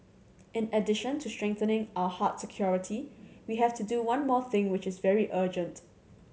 in addition to strengthening our hard security we have to do one more thing which is very urgent